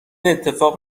اتفاق